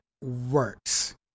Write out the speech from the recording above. works